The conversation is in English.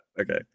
okay